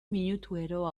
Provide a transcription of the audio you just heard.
minutuero